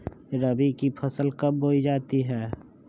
रबी की फसल कब बोई जाती है?